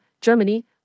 Germany